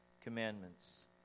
Commandments